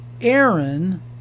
Aaron